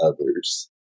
others